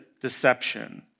deception